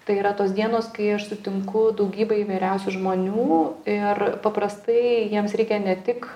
tai yra tos dienos kai aš sutinku daugybę įvairiausių žmonių ir paprastai jiems reikia ne tik